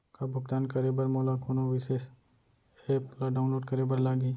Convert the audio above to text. का भुगतान करे बर मोला कोनो विशेष एप ला डाऊनलोड करे बर लागही